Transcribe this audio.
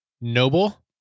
Noble